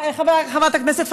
חברת הכנסת פדידה?